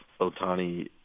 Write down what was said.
Otani